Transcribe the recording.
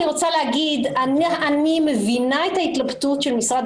אני רוצה להגיד שאני מבינה את ההתלבטות של משרד